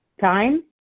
time